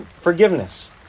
forgiveness